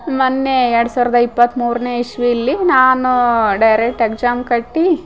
ಮೊನ್ನೆ ಎರಡು ಸಾವಿರದ ಇಪ್ಪತ್ತು ಮೂರನೇ ಇಸ್ವಿಲ್ಲಿ ನಾನು ಡೈರೆಕ್ಟ್ ಎಗ್ಜಾಮ್ ಕಟ್ಟೀ